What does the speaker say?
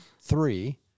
three